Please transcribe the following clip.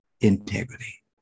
integrity